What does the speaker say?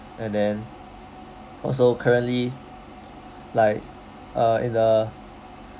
and then also currently like uh in the